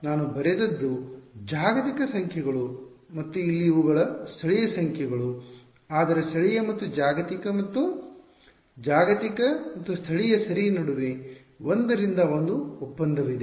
ಆದ್ದರಿಂದ ನಾನು ಬರೆದದ್ದು ಜಾಗತಿಕ ಸಂಖ್ಯೆಗಳು ಮತ್ತು ಇಲ್ಲಿ ಇವುಗಳು ಸ್ಥಳೀಯ ಸಂಖ್ಯೆಗಳು ಆದರೆ ಸ್ಥಳೀಯ ಮತ್ತು ಜಾಗತಿಕ ಮತ್ತು ಜಾಗತಿಕ ಮತ್ತು ಸ್ಥಳೀಯ ನಡುವೆ 1 ರಿಂದ 1 ಒಪ್ಪಂದವಿದೆ